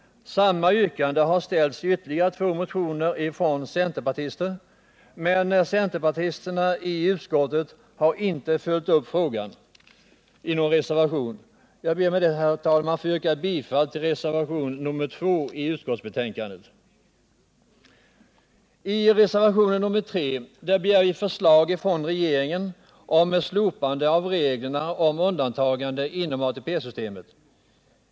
Samma yrkande har också framställts i två centerpartimotioner, men centerpartisterna i utskottet har inte följt upp frågan i någon reservation. Jag ber att med detta, herr talman, få yrka bifall till reservationen 2 till utskottets betänkande. I reservationen 3 begär vi förslag från regeringen om slopande av reglerna om undantagande inom ATP-systemet.